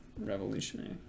revolutionary